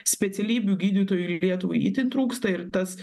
specialybių gydytojų ir į lietuvą itin trūksta ir tas